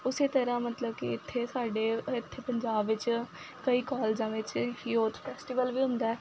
ਉਸ ਤਰ੍ਹਾਂ ਮਤਲਬ ਕਿ ਇੱਥੇ ਸਾਡੇ ਇੱਥੇ ਪੰਜਾਬ ਵਿੱਚ ਕਈ ਕਾਲਜਾਂ ਵਿੱਚ ਯੂਥ ਫੈਸਟੀਵਲ ਵੀ ਹੁੰਦਾ